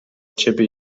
ciebie